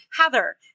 Heather